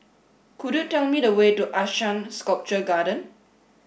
could you tell me the way to ASEAN Sculpture Garden